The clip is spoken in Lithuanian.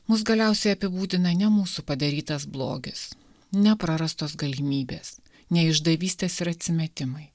mus galiausiai apibūdina ne mūsų padarytas blogis ne prarastos galimybės ne išdavystės ir atsimetimai